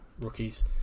rookies